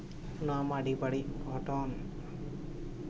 ᱚᱱᱟ ᱢᱟ ᱟᱹᱰᱤ ᱵᱟᱹᱲᱤᱡ ᱜᱷᱚᱴᱚᱱ